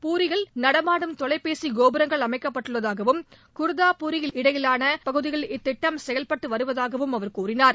பூரியில் நடமாடும் தொலைபேசி கோபுரங்கள் அமைக்கப்பட்டுள்ளதாகவும் குர்தா பூரி இடையிலாள பகுதியில் இந்தத்திட்டம் செயல்பட்டு வருவதாகவும் அவர் கூறினார்